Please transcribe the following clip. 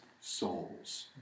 souls